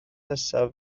nesaf